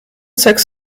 sechs